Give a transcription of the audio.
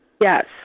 Yes